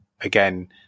again